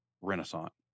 Renaissance